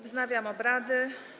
Wznawiam obrady.